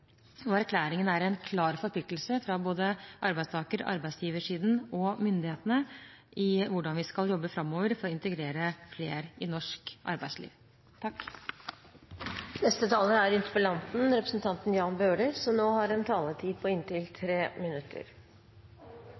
og erklæringen er en klar forpliktelse fra både arbeidstaker- og arbeidsgiversiden og myndighetene i hvordan vi skal jobbe framover for å integrere flere i norsk arbeidsliv. Jeg er helt enig med statsråden i at det er mange andre store barrierer når det gjelder å komme inn i arbeidslivet for minoritetsgrupper, som